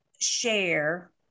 share